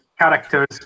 Characters